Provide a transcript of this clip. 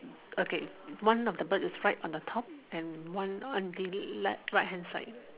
okay one of the bird is right on the top and one on the life right hand side